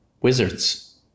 Wizards